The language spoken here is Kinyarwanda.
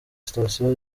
sitasiyo